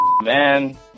Man